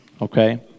Okay